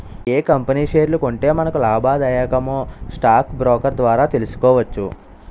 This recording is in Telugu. ఏ కంపెనీ షేర్లు కొంటే మనకు లాభాదాయకమో స్టాక్ బ్రోకర్ ద్వారా తెలుసుకోవచ్చు